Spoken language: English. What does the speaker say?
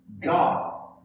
God